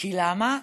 למה?